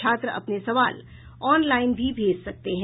छात्र अपने सवाल ऑनलाइन भी भेज सकते हैं